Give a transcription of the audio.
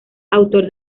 autor